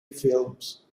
films